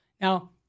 Now